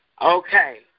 Okay